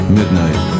midnight